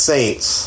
Saints